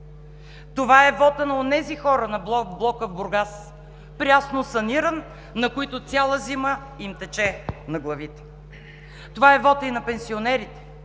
Това е вотът на онези хора от блока в Бургас – прясно саниран, на които цяла зима им тече на главите. Това е и вотът на пенсионерите,